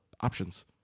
options